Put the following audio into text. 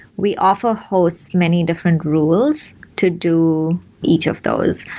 we offer hosts many different rules to do each of those.